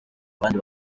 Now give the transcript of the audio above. abandi